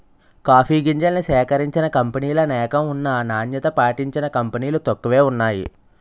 coffee గింజల్ని సేకరించిన కంపినీలనేకం ఉన్నా నాణ్యత పాటించిన కంపినీలు తక్కువే వున్నాయి